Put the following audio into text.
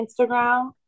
Instagram